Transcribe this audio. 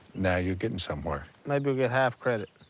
now you're getting somewhere. maybe you'll get half credit.